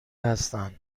هستن